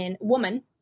woman